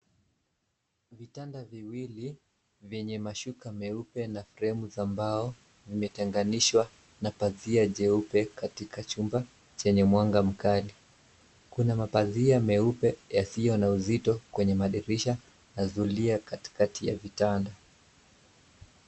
Vitanda viwili vyenye mashuka meupe na fremu za mbao zimetenganishwa na pazia jeupe katika chumba chenye mwanga mkali. Kuna mapazia meupe yasiyo na uzito kwenye madirisha na zulia katikati ya vitanda.